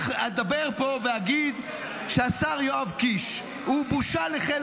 אדבר פה ואגיד שהשר יואב קיש הוא בושה לחיל